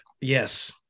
Yes